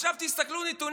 עכשיו תראו נתונים.